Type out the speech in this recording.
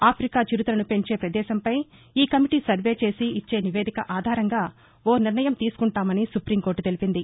ఆభికా చిరుతలను పెంచే భదేశంపై ఈ కమిటీ సర్వే చేసి ఇచ్చే నివేదిక ఆధారంగా ఓ నిర్ణయం తీసుకుంటామని సుప్టీం కోర్లు తెలిపింది